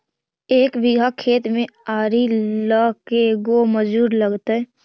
एक बिघा खेत में आरि ल के गो मजुर लगतै?